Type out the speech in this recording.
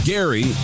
Gary